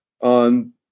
on